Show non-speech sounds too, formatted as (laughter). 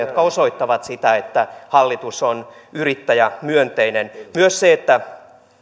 (unintelligible) jotka osoittavat sitä että hallitus on yrittäjämyönteinen myös se että